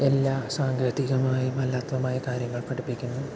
എല്ലാ സാങ്കേതികമായും അല്ലാത്തതുമായ കാര്യങ്ങൾ പഠിപ്പിക്കാൻ